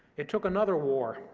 it took another war,